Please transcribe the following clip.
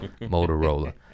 Motorola